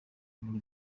muri